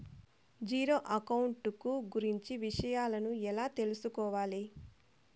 Zero account కు గురించి విషయాలను ఎలా తెలుసుకోవాలి?